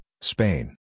Spain